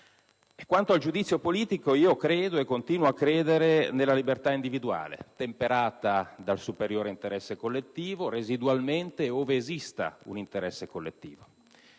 Quanto al giudizio politico, io credo e continuo a credere nella libertà individuale, temperata dal superiore interesse collettivo in misura residuale ove esista un interesse collettivo.